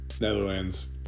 Netherlands